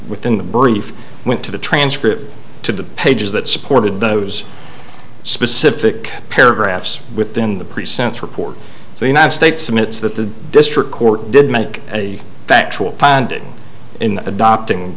within the brief went to the transcript to the pages that supported those specific paragraphs within the pre sentence report so united states admits that the district court did make a factual findings in adopting